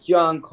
John